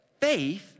Faith